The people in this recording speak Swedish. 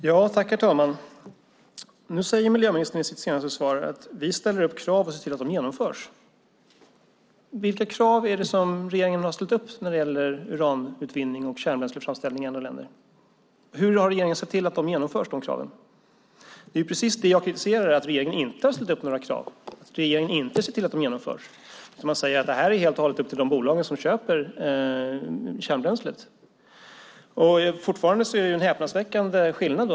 Herr talman! I det senaste svaret säger miljöministern: Vi ställer upp krav och ser till att de genomförs. Men vad är det för krav som regeringen har ställt upp när det gäller uranutvinning och kärnbränsleframställning i andra länder? Hur har regeringen sett till att de kraven genomförs? Det jag kritiserar är just att regeringen inte har ställt upp några krav och således inte sett till att de genomförts. Man säger att det här helt och hållet är upp till de bolag som köper kärnbränslet. Fortfarande är det en häpnadsväckande skillnad.